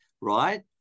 Right